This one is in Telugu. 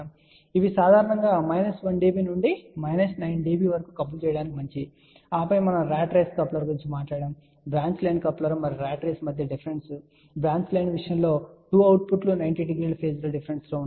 మరియు ఇవి సాధారణంగా మైనస్ 1 dB నుండి మైనస్ 9 dB వరకు కపుల్ చేయడానికి మంచివి ఆపై మనము ర్యాట్ రేసు కప్లర్ గురించి మాట్లాడాము బ్రాంచ్ లైన్ కప్లర్ మరియు ర్యాట్ రేసు మధ్య డిఫరెన్స్ బ్రాంచ్ లైన్ విషయంలో 2 అవుట్పుట్లు 90 డిగ్రీల ఫేజ్ డిఫరెన్స్ లో ఉంటాయి